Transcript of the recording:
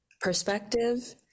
perspective